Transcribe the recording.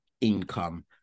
income